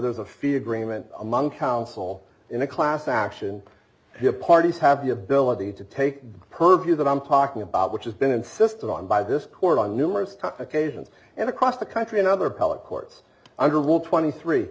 there's a fear agreement among counsel in a class action here parties have the ability to take purview that i'm talking about which has been insisted on by this court on numerous occasions and across the country and other appellate courts underwood twenty three